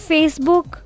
Facebook